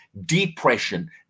depression